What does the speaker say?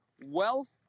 wealth